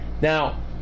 Now